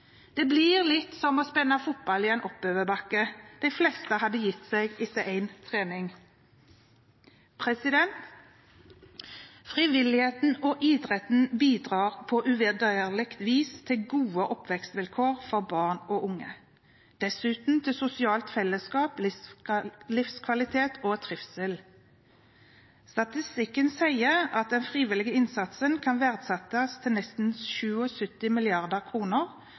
Det blir litt som å sparke fotball i en oppoverbakke – de fleste hadde gitt seg etter én trening. Frivilligheten og idretten bidrar på uvurderlig vis til gode oppvekstvilkår for barn og unge, dessuten til sosialt felleskap, livskvalitet og trivsel. Statistikken sier at den frivillige innsatsen kan verdsettes til nesten